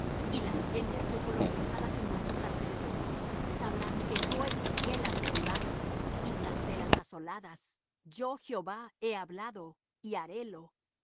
y las gentes que fueron dejadas en vuestros alrededores sabrán que yo edifiqué las derribadas y planté las asoladas yo jehová he hablado y harélo